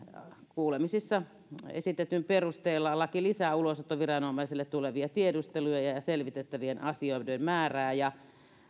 kuulemisissa esitetyn perusteella laki lisää ulosottoviranomaisille tulevia tiedusteluja ja ja selvitettävien asioiden määrää ja